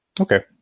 Okay